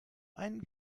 einen